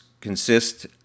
consist